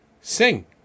sing